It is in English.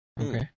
Okay